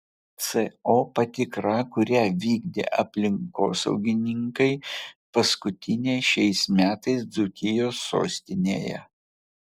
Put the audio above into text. co patikra kurią vykdė aplinkosaugininkai paskutinė šiais metais dzūkijos sostinėje